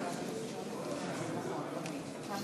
התעבורה (מאסר